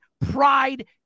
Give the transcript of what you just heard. pride